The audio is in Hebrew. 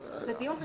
זה דיון רציני,